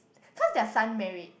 cause their son married